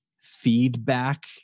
feedback